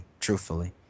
truthfully